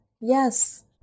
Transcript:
yes